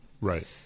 Right